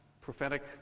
Prophetic